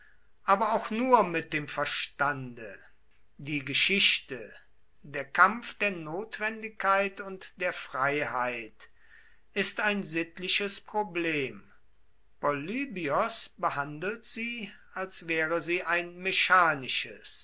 aber auch nur mit dem verstande die geschichte der kampf der notwendigkeit und der freiheit ist ein sittliches problem polybios behandelt sie als wäre sie ein mechanisches